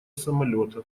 самолета